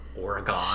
Oregon